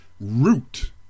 root